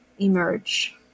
emerge